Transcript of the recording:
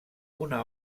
una